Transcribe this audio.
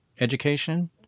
education